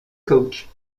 coach